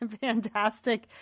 Fantastic